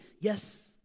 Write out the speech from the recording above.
Yes